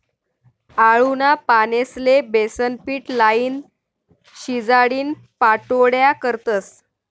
आळूना पानेस्ले बेसनपीट लाईन, शिजाडीन पाट्योड्या करतस